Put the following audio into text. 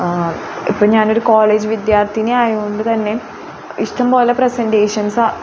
ഇപ്പം ഞാനൊരു കോളേജ് വിദ്യാർത്ഥിനി ആയതുകൊണ്ട് തന്നെ ഇഷ്ടംപോലെ പ്രസൻറ്റേഷൻസ്